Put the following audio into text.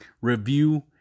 review